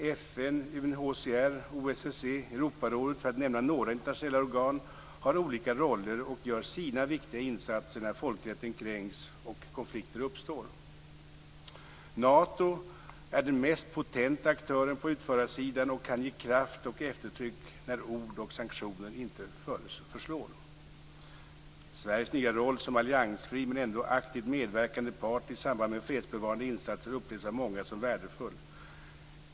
FN, UNHCR, OSSE, Europarådet - för att nämna några internationella organ - har olika roller och gör sina viktiga insatser när folkrätten kränks och konflikter uppstår. Nato är den mest potenta aktören på utförarsidan och kan ge kraft och eftertryck när ord och sanktioner inte förslår. Sveriges nya roll som alliansfri men ändå aktivt medverkande part i samband med fredsbevarande insatser upplevs av många som värdefull.